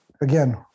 again